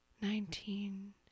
Nineteen